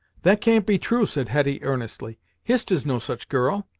that can't be true! said hetty earnestly. hist is no such girl,